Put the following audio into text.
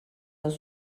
dans